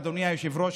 אדוני היושב-ראש,